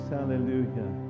Hallelujah